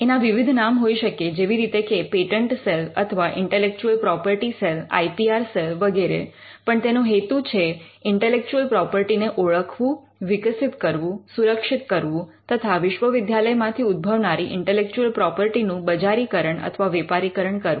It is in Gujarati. એના વિવિધ નામ હોઈ શકે જેવી રીતે કે પેટન્ટ સેલ અથવા intellectual property cell I P R cell વગેરે પણ તેનો હેતુ છે ઇન્ટેલેક્ચુઅલ પ્રોપર્ટી ને ઓળખવું વિકસિત કરવું સુરક્ષિત કરવું તથા વિશ્વવિદ્યાલયમાંથી ઉદ્ભવનારી એટલે ઇન્ટેલેક્ચુઅલ પ્રોપર્ટી નું બજારીકરણ અથવા વેપારીકરણ કરવું